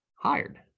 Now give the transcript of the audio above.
hired